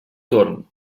torn